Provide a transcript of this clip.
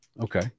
Okay